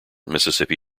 mississippi